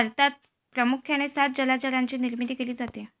भारतात प्रामुख्याने सात जलचरांची निर्मिती केली जाते